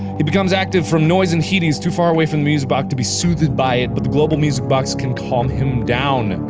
he becomes active from noise and heat. he's too far away from the music box to be soothed by it, but the global music box can calm him down.